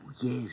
yes